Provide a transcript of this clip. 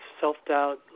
self-doubt